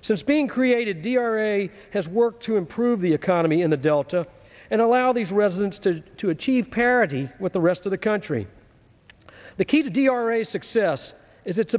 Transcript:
since being created the ira has worked to improve the economy in the delta and allow these residents to to achieve parity with the rest of the country the key to d r a success is it